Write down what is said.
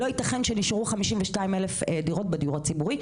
לא ייתכן שנשארו 52,000 דירות בדיור הציבורי,